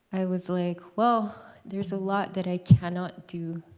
i was like, well, there's a lot that i cannot do.